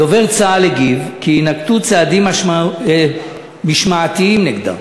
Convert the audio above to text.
דובר צה"ל הגיב כי יינקטו צעדים משמעתיים נגדה.